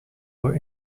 were